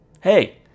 Hey